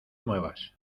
muevas